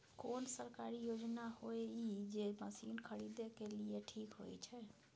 कोन सरकारी योजना होय इ जे मसीन खरीदे के लिए ठीक होय छै?